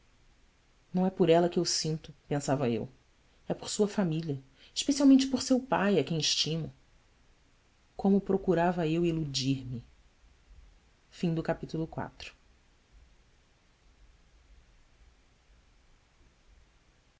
não é por ela que eu sinto pensava eu é por sua família especialmente por seu pai a quem estimo como procurava eu iludir me por